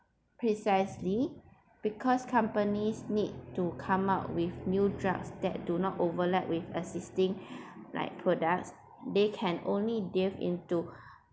precisely because companies need to come up with new drugs that do not overlap with existing like products they can and only delve into